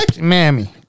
Mammy